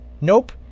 Nope